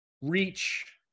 reach